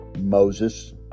Moses